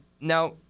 Now